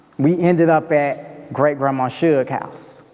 we ended up at great grandma shug's house.